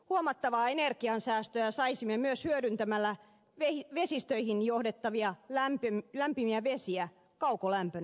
huomattavaa energiansäästöä saisimme myös hyödyntämällä vesistöihin johdettavia lämpimiä vesiä kaukolämpönä